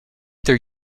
their